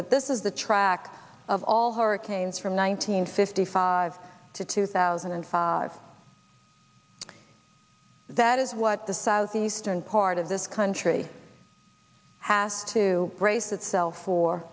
but this is the track of all hurricanes from one hundred fifty five to two thousand and five that is what the southeastern part of this country has to brace itself for